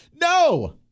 No